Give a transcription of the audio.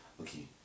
Okay